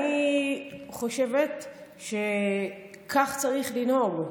אני חושבת שכך צריך לנהוג,